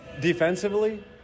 defensively